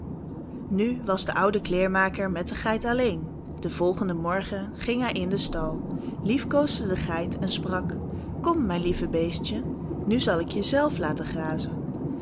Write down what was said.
nu was de oude kleermaker met de geit alléén den volgenden morgen ging hij in den stal liefkoosde de geit en sprak kom mijn lieve beestje nu zal ik je zelf laten grazen